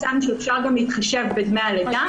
הצענו שאפשר גם להתחשב בדמי הלידה,